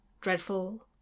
dreadful